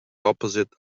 opposite